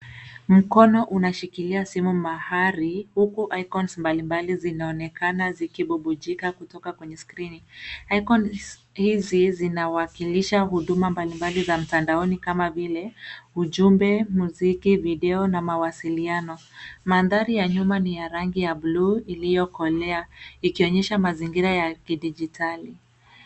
Mkono unashikilia simu mahali huku icons mbalimbali zinaonekana zikibubujika kutoka kwenye skrini. Icons hizi zinawakilisha huduma mbalimbali za mtandaoni kama vile ujumbe, muziki, video na mawasiliano. Mandhari ya nyuma ni ya rangi ya buluu iliyokolea, ikionyesha mazingira ya kidijitali.